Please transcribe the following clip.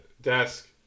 desk